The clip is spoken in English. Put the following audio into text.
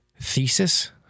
thesis